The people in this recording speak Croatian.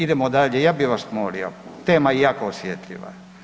Idemo dalje, ja bi vas molio, tema je jako osjetljiva.